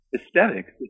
aesthetics